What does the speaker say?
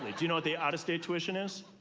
ah do you know what the out-of-state tuition is?